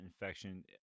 infection